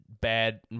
bad